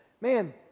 man